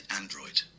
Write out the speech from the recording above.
Android